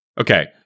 Okay